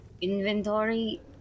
inventory